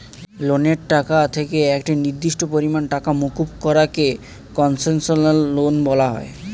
লোনের টাকা থেকে একটি নির্দিষ্ট পরিমাণ টাকা মুকুব করা কে কন্সেশনাল লোন বলা হয়